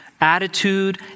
Attitude